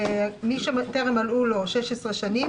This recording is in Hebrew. מי שטרם מלאו לו 16 שנים,